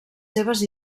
seves